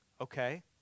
okay